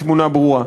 היא תמונה ברורה.